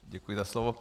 Děkuji za slovo.